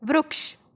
વૃક્ષ